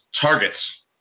targets